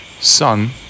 Sun